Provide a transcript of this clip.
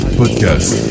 podcast